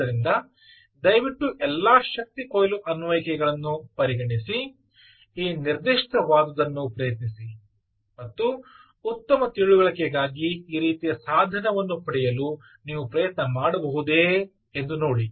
ಆದ್ದರಿಂದ ದಯವಿಟ್ಟು ಎಲ್ಲಾ ಶಕ್ತಿ ಕೊಯ್ಲು ಅನ್ವಯಿಕೆಗಳನ್ನು ಪರಿಗಣಿಸಿ ಈ ನಿರ್ದಿಷ್ಟವಾದುದನ್ನು ಪ್ರಯತ್ನಿಸಿ ಮತ್ತು ಉತ್ತಮ ತಿಳುವಳಿಕೆಗಾಗಿ ಈ ರೀತಿಯ ಸಾಧನವನ್ನು ಪಡೆಯಲು ನೀವು ಪ್ರಯತ್ನ ಮಾಡಬಹುದೇ ಎಂದು ನೋಡಿ